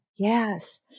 Yes